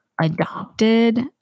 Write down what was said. adopted